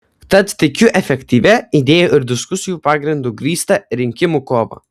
tad tikiu efektyvia idėjų ir diskusijų pagrindu grįsta rinkimų kova